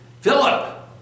Philip